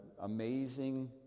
amazing